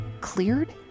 cleared